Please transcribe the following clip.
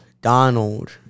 Donald